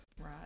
Right